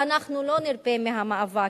ואנחנו לא נרפה מהמאבק.